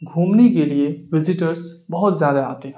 گھومنے کے لیے وزٹرس بہت زیادہ آتے ہیں